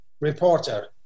reporter